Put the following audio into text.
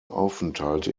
aufenthalte